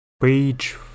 page